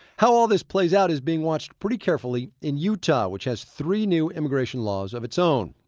how all this plays out is being watched pretty carefully in utah, which has three new immigration laws of its own.